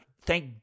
Thank